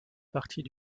partie